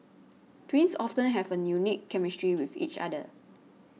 twins often have a unique chemistry with each other